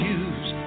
use